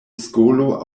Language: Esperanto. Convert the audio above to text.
skolo